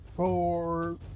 Four